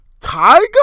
Tiger